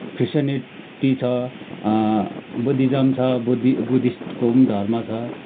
Christianity छ Buddhism छ बुद्धि बुद्धिस्टको पनि धर्म छ